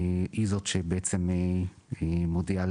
היא זאת שבעצם מודיעה,